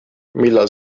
millal